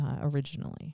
originally